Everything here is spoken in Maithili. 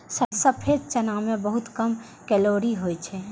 सफेद चना मे बहुत कम कैलोरी होइ छै